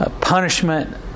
Punishment